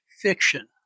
fiction